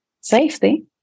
safety